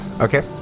Okay